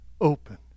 open